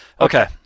Okay